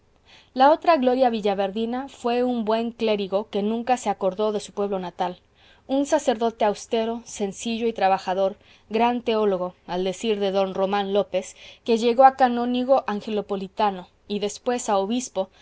la otra gloria villaverdina fué un buen clérigo que nunca se acordó de su pueblo natal un sacerdote austero sencillo y trabajador gran teólogo al decir de don román lópez que llegó a canónigo angelopolitano y después a obispo